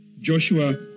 Joshua